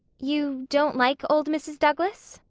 you don't like old mrs. douglas?